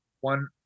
one